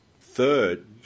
Third